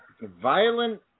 Violent